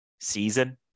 season